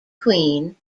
queen